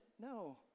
No